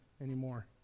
anymore